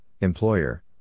employer